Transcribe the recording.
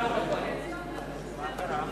הצעת סיעות רע"ם-תע"ל חד"ש בל"ד להביע